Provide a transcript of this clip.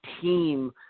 team